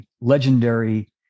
legendary